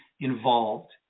involved